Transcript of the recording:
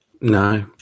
No